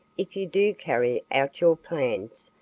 if you do carry out your plans,